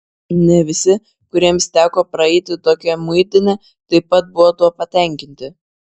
ne visi kuriems teko praeiti tokią muitinę taip pat buvo tuo patenkinti